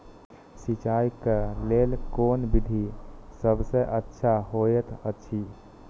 सिंचाई क लेल कोन विधि सबसँ अच्छा होयत अछि?